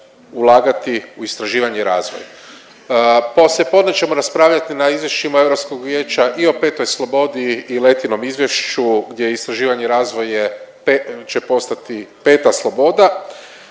ulagati u istraživanje i razvoj. Poslijepodne ćemo raspravljati na izvješćima Europskog vijeća i o petoj slobodi i Lettinom izvješće gdje istraživanje i razvoj je pe… će postati peta sloboda,